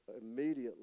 immediately